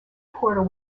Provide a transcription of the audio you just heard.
portal